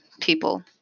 people